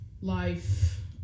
life